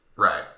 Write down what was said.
Right